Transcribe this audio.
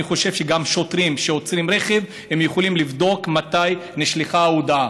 אני חושב ששוטרים שעוצרים רכב יכולים לבדוק מתי נשלחה הודעה,